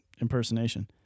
impersonation